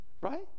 right